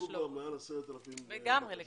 הם בדקו כבר מעל 10,000 בקשות,